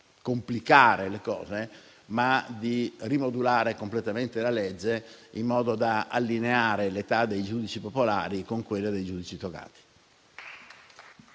complicare le cose, quanto rimodulare completamente la legge, in modo da allineare l'età dei giudici popolari con quella dei giudici togati.